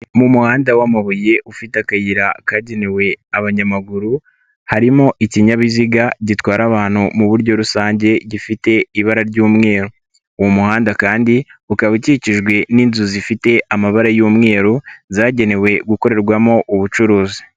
Mu muhanda w'amabuye ufite akayira kagenewe abanyamaguru, harimo ikinyabiziga gitwara abantu mu buryo rusange gifite ibara ry’umweru. Uwo muhanda kandi, ukaba ukikijwe n’inzu zifite amabara y’umweru zagenewe gukorerwamo ubucuruzi.